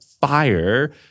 fire